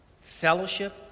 fellowship